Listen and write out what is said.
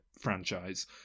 franchise